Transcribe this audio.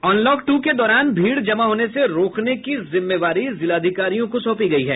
unlock two के दौरान भीड़ जमा होने से रोकने की जिम्मेवारी जिलाधिकारियों को सौंपी गयी है